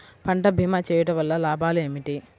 పంట భీమా చేయుటవల్ల లాభాలు ఏమిటి?